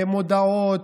מודעות,